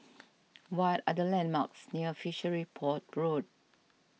what are the landmarks near Fishery Port Road